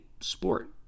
sport